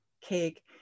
cake